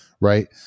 right